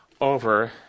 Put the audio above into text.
over